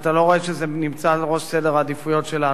ואתה לא רואה שזה נמצא על ראש סדר העדיפויות שלה.